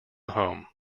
home